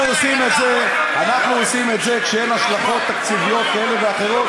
אנחנו עושים את זה כשאין החלטות תקציביות כאלה ואחרות,